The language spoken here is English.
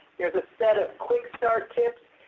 there's a set of quick start tips.